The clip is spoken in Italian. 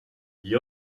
gli